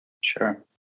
Sure